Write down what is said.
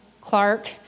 Clark